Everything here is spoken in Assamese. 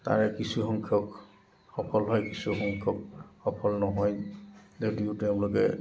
তাৰে কিছুসংখ্যক সফল হয় কিছুসংখ্যক সফল নহয় যদিও তেওঁলোকে